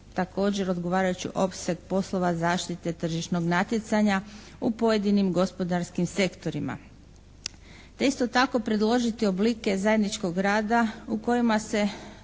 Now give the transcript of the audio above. također odgovarajući opseg poslova zaštite tržišnog natjecanja u pojedinim gospodarskim sektorima te isto tako predložiti oblike zajedničkog rada u kojima se